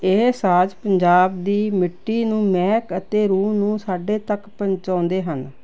ਇਹ ਸਾਜ ਪੰਜਾਬ ਦੀ ਮਿੱਟੀ ਨੂੰ ਮਹਿਕ ਅਤੇ ਰੂਹ ਨੂੰ ਸਾਡੇ ਤੱਕ ਪਹੁੰਚਾਉਂਦੇ ਹਨ